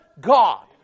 God